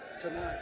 tonight